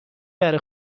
بره